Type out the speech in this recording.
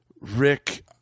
Rick